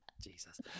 Jesus